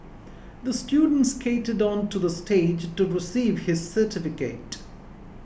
the student skated onto the stage to receive his certificate